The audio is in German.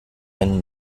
einen